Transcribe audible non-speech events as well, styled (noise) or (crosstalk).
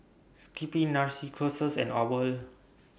Skippy (unintelligible) and OWL